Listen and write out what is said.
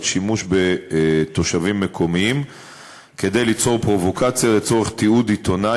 שימוש בתושבים מקומיים כדי ליצור פרובוקציה לצורך תיעוד עיתונאי